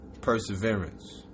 Perseverance